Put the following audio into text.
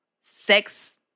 sex